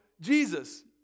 Jesus